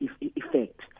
effect